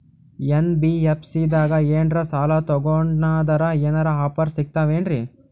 NBFC ದಾಗ ಏನ್ರ ಸಾಲ ತೊಗೊಂಡ್ನಂದರ ಏನರ ಆಫರ್ ಸಿಗ್ತಾವೇನ್ರಿ?